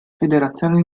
federazioni